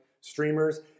streamers